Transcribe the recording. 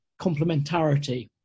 complementarity